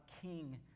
king